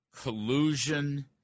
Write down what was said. collusion